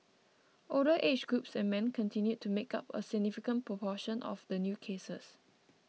older age groups and men continued to make up a significant proportion of the new cases